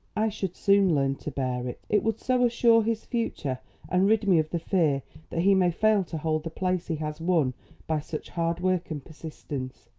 i should soon learn to bear it. it would so assure his future and rid me of the fear that he may fail to hold the place he has won by such hard work and persistence.